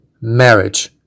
marriage